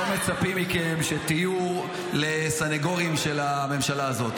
לא מצפים מכם שתהיו לסנגורים של הממשלה הזאת,